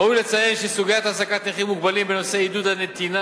ראוי לציין שסוגיית העסקת נכים ומוגבלים ונושא עידוד הנתינה